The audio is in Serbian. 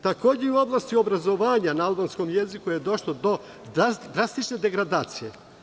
Takođe i u oblasti obrazovanja na albanskom jeziku je došlo do drastične degradacije.